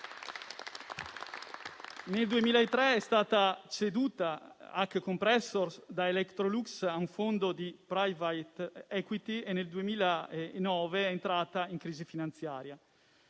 nel 2003 è stata ceduta da Electrolux a un fondo di *private equity* e nel 2009 è entrata in crisi finanziaria;